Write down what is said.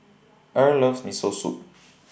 Earl loves Miso Soup